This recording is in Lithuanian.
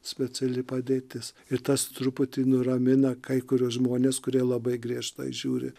speciali padėtis ir tas truputį nuramina kai kuriuos žmones kurie labai griežtai žiūri